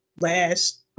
last